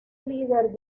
líder